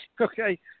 Okay